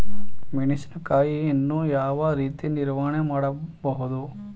ಮೆಣಸಿನಕಾಯಿಯನ್ನು ಯಾವ ರೀತಿ ನಿರ್ವಹಣೆ ಮಾಡಬಹುದು?